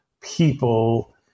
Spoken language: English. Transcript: people